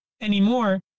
anymore